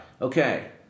Okay